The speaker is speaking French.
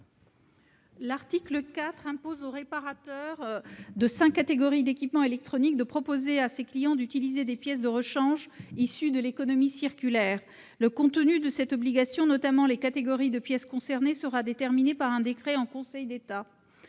L'article 4 impose aux réparateurs de cinq catégories d'équipements électroniques de proposer à leurs clients d'utiliser des pièces de rechange issues de l'économie circulaire. Le contenu de cette obligation, notamment les catégories de pièces concernées, sera déterminé par un décret en Conseil d'État.